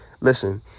Listen